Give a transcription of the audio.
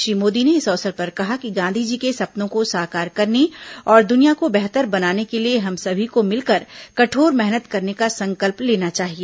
श्री मोदी ने इस अवसर पर कहा कि गांधीजी के सपनों को साकार करने और दुनिया को बेहतर बनाने के लिए हम सभी को मिलकर कठोर मेहनत करने का संकल्प लेना चाहिए